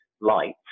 lights